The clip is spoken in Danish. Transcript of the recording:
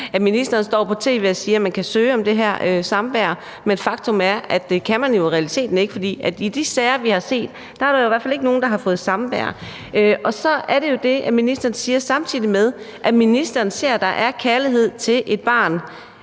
Ministeren står på tv og siger, at man kan søge om det her samvær, men faktum er, at det kan man i realiteten ikke, for i de sager, vi har set, er der i hvert fald ikke nogen, der har fået samvær. Så er det jo det, ministeren siger, samtidig med at ministeren ser, at der er kærlighed til et barn.